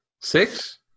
Six